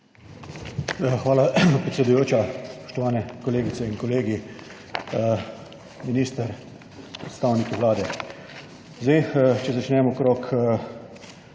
Hvala predsedujoča. Spoštovane kolegice in kolegi, minister, predstavniki Vlade! Če začnem s